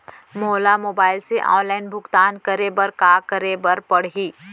मोला मोबाइल से ऑनलाइन भुगतान करे बर का करे बर पड़ही?